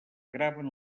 graven